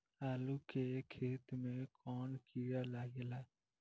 आलू के खेत मे कौन किड़ा लागे ला?